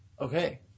Okay